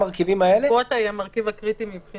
קווטה היא המרכיב הקריטי מבחינתי.